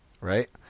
right